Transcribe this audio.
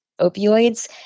opioids